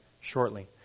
shortly